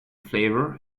flavor